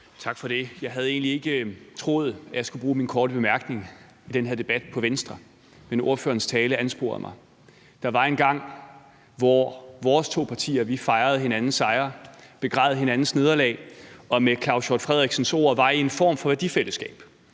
Tak for det. Jeg havde egentlig ikke troet, at jeg skulle bruge min korte bemærkning i den her debat på Venstre, men ordførerens tale ansporede mig. Der var engang, hvor vores to partier fejrede hinandens sejre og begræd hinandens nederlag og med Claus Hjort Frederiksens ord var i en form for værdifællesskab.